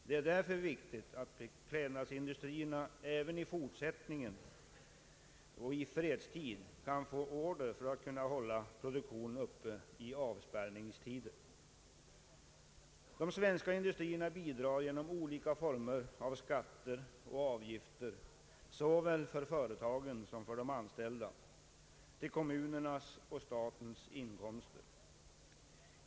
Det är därför viktigt att beklädnadsindustrierna även i fortsättningen och i fredstid kan få order för att hålla produktionen uppe i avspärrningstider. De svenska industrierna bidrar genom olika former av skatter och avgifter, såväl för företagen som för de anställda, till kommunernas och statens inkomster.